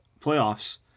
playoffs